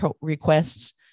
requests